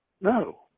no